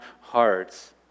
hearts